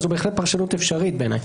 אבל זו בהחלט פרשנות אפשרית בעיניי.